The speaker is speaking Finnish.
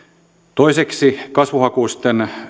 toiseksi kasvuhakuisten